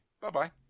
Bye-bye